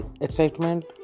excitement